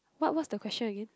what what's the question again